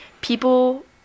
people